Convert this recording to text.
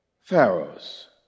Pharaoh's